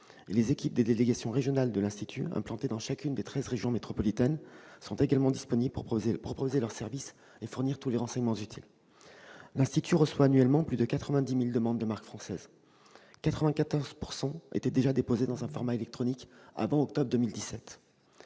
Les équipes des délégations régionales de l'INPI, implantées dans chacune des treize régions métropolitaines, sont également disponibles pour proposer leurs services et fournir tous les renseignements utiles. L'INPI reçoit annuellement plus de 90 000 demandes de marques françaises, dont 94 % étaient déjà déposées sous un format électronique avant le mois